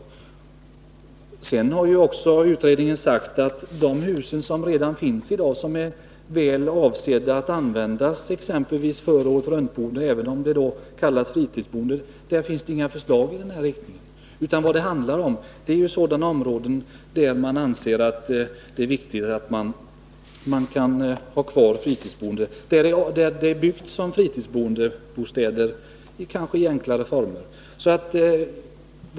Utredningen har också sagt att det för de hus som redan finns i dag, avsedda att användas för åretruntboende — även om det kallas fritidsboende — inte finns några förslag i den här riktningen. Det handlar i stället om sådana områden där det anses viktigt att ha kvar fritidsboendet, områden där husen är byggda som fritidsbostäder — kanske i enklare former.